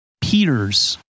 Peter's